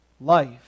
Life